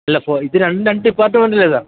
അല്ല ഫോ ഇത് രണ്ടും രണ്ട് ഡിപ്പാർട്മെൻ്റെലേതാണ്